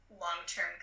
long-term